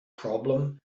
problem